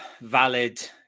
valid